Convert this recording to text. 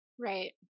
right